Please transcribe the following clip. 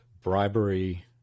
bribery